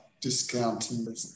discounting